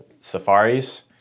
safaris